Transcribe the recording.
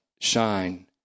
shine